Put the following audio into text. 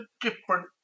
different